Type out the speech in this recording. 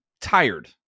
tired